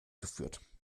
geführt